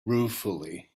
ruefully